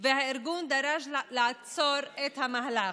והארגון דרש לעצור את המהלך.